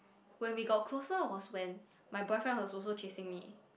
when we got close was when my boyfriend was also chasing me